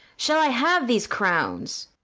shall i have these crowns?